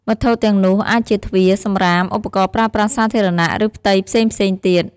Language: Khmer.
វត្ថុទាំងនោះអាចជាទ្វារ សំរាម ឧបករណ៍ប្រើប្រាស់សាធារណៈ ឬផ្ទៃផ្សេងៗទៀត។